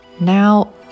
Now